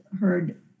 heard